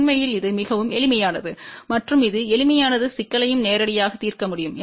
உண்மையில் இது மிகவும் எளிமையானது மற்றும் இது எளிமையானது சிக்கலையும் நேரடியாக தீர்க்க முடியும்